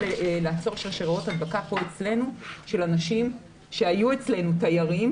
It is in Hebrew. לעצור אצלנו שרשראות הדבקה של אנשים שהיו אצלנו כתיירים,